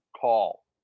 call